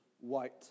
white